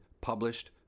published